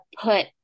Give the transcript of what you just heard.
put